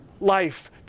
life